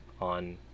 on